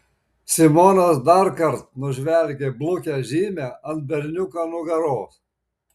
simonas darkart nužvelgė blukią žymę ant berniuko nugaros